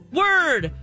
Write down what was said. word